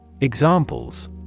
Examples